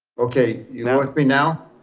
okay, you now with me now?